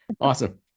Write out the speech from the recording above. Awesome